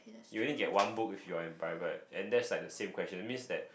you only get one book if you're in private and that's like the same question means that